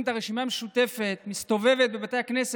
חבר הכנסת יוסף טייב, בבקשה.